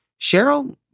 Cheryl